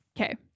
Okay